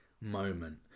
moment